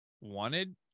wanted